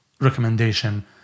recommendation